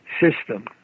system